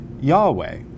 Yahweh